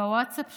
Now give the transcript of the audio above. בווטסאפ שלי.